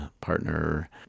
partner